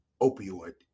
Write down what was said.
opioid